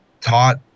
taught